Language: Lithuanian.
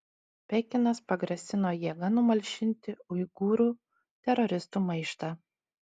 pekinas pagrasino jėga numalšinti uigūrų teroristų maištą